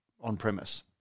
on-premise